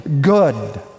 good